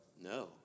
No